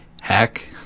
hack